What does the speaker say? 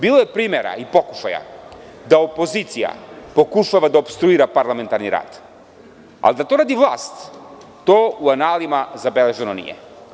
Bilo je primera i pokušaja da opozicija pokušava da opstruira parlamentarni rad, al da to radi vlast, to u analima zabeleženo nije.